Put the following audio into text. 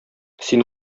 син